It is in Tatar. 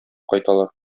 кайталар